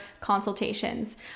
consultations